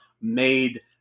made